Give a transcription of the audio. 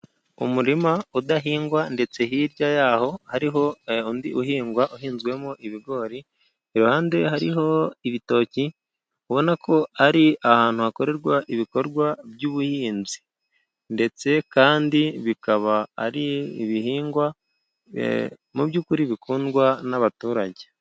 Umurima udahingwa, ndetse hirya yaho hariho undi uhingwa uhinzwemo ibigori, iruhande hariho ibitoki, ubona ko ari ahantu hakorerwa ibikorwa by'ubuhinzi. Ndetse kandi bikaba ari ibihingwa mu by'ukuri bikundwa n'abaturage.